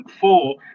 four